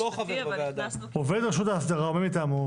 אבל הכנסנו --- "עובד רשות ההסדרה או מי מטעמו,